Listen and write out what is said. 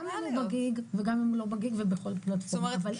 גם אם הוא ב-Gig וגם אם הוא לא ב-Gig ובכל פלטפורמה --- זאת אומרת,